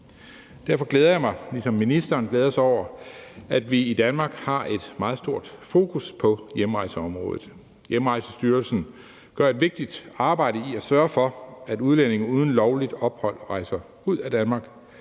Derfor glæder jeg mig ligesom ministeren over, at vi i Danmark har et meget stort fokus på hjemrejseområdet. Hjemrejsestyrelsen gør et vigtigt arbejde i at sørge for, at udlændinge uden lovligt ophold rejser ud af Danmark,